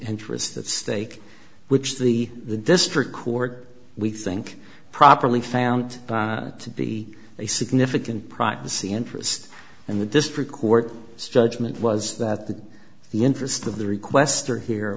interests at stake which the the district court we think properly found to be a significant privacy interest and the district court judgment was that the the interest of the requestor here